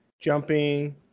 jumping